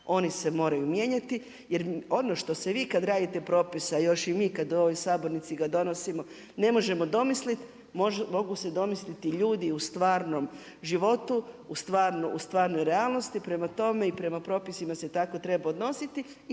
Oni se moraju mijenjati, jer ono što se vi kad radite propise, a još i mi kad u ovoj sabornici ga donosimo ne možemo domislit mogu se domisliti ljudi u stvarnom životu, u stvarnoj realnosti. Prema tome i prema propisima se treba tako odnositi